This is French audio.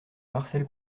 marcel